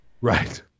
Right